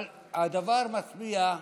אבל הדבר מתמיה,